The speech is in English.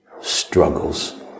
struggles